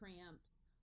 cramps